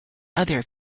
other